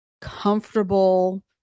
comfortable